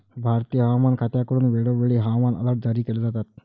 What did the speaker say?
भारतीय हवामान खात्याकडून वेळोवेळी हवामान अलर्ट जारी केले जातात